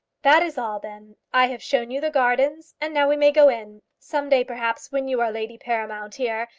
that is all then. i have shown you the gardens, and now we may go in. some day, perhaps, when you are lady paramount here,